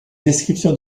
description